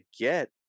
get